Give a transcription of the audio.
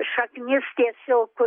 šaknis tiesiog